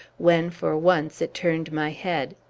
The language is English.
when, for once, it turned my head.